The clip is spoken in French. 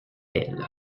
elle